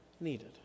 needed